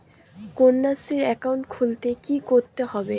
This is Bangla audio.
কন্যাশ্রী একাউন্ট খুলতে কী করতে হবে?